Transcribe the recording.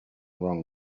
wrong